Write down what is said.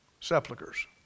sepulchers